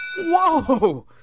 Whoa